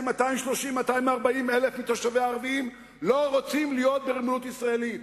כי 240,000-230,000 מתושביה הערבים לא רוצים להיות בריבונות ישראלית.